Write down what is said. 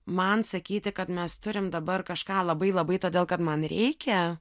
man sakyti kad mes turim dabar kažką labai labai todėl kad man reikia